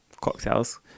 Cocktails